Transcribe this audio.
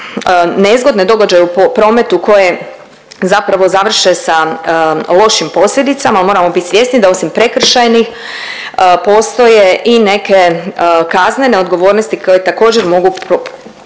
nezgodne događaje u prometu koje zapravo završe sa lošim posljedicama, al moramo bit svjesni da osim prekršajnih postoje i neke kaznene odgovornosti koje također mogu